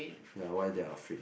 ya why they're afraid